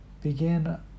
begin